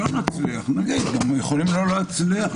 אנחנו יכולים גם לא להצליח.